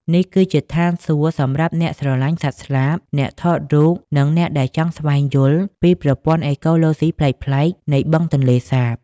នេះគឺជាឋានសួគ៌សម្រាប់អ្នកស្រឡាញ់សត្វស្លាប អ្នកថតរូប និងអ្នកដែលចង់ស្វែងយល់ពីប្រព័ន្ធអេកូឡូស៊ីប្លែកៗនៃបឹងទន្លេសាប។